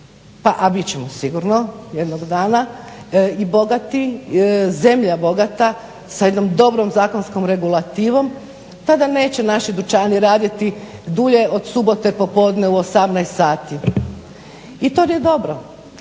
a bit ćemo sigurno jednog dana i bogati, zemlja bogata sa jednom dobrom zakonskom regulativom tada neće naši dućani raditi dulje od subote popodne u 18 sati. I to je dobro